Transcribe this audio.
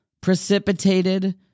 precipitated